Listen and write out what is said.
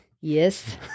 yes